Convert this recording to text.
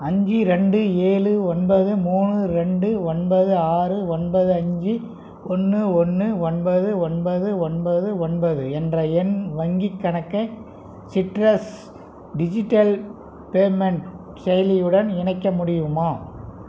அஞ்சு ரெண்டு ஏழு ஒன்பது மூணு ரெண்டு ஒன்பது ஆறு ஒன்பது அஞ்சு ஒன்று ஒன்று ஒன்பது ஒன்பது ஒன்பது ஒன்பது என்ற என் வங்கிக் கணக்கை சிட்ரஸ் டிஜிட்டல் பேமென்ட் செயலியுடன் இணைக்க முடியுமா